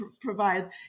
provide